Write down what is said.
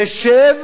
תשב